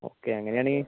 okay അങ്ങനെയാണെങ്കിൽ